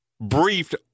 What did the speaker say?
briefed